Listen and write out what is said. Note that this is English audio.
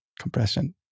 compression